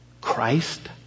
Christ